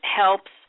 helps